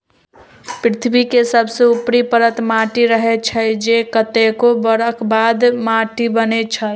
पृथ्वी के सबसे ऊपरी परत माटी रहै छइ जे कतेको बरख बाद माटि बनै छइ